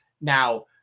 Now